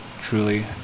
truly